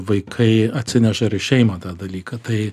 vaikai atsineša ir į šeimą tą dalyką tai